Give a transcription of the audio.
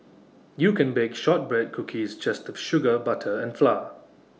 you can bake Shortbread Cookies just with sugar butter and flour